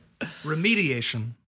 Remediation